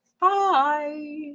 Bye